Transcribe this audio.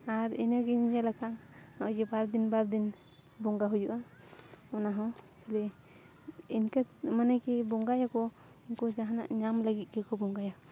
ᱟᱨ ᱤᱱᱟᱹᱜᱤᱧ ᱧᱮᱞ ᱟᱠᱟᱫᱟ ᱱᱚᱜᱼᱚᱭ ᱡᱮ ᱵᱟᱨ ᱫᱤᱱ ᱵᱟᱨ ᱫᱤᱱ ᱵᱚᱸᱜᱟ ᱦᱩᱭᱩᱜᱼᱟ ᱚᱱᱟᱦᱚᱸ ᱠᱷᱟᱹᱞᱤ ᱤᱱᱠᱟᱹ ᱢᱟᱱᱮ ᱠᱤ ᱵᱚᱸᱜᱟᱭᱟᱠᱚ ᱩᱱᱠᱩ ᱡᱟᱦᱟᱱᱟᱜ ᱧᱟᱢ ᱞᱟᱹᱜᱤᱫ ᱜᱮᱠᱚ ᱵᱚᱸᱜᱟᱭᱟ